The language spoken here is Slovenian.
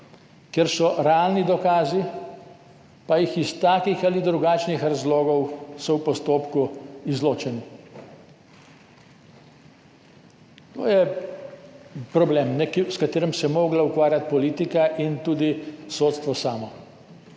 kjer so realni dokazi, pa so iz takih ali drugačnih razlogov v postopku izločeni. To je problem, s katerim bi se morala ukvarjati politika in tudi sodstvo samo.